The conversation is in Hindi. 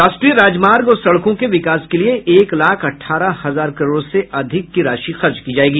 राष्ट्रीय राजमार्ग और सड़कों के विकास के लिये एक लाख अठारह हजार करोड़ से अधिक की राशि खर्च की जायेगी